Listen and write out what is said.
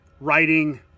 writing